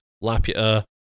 Laputa